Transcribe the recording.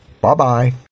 bye-bye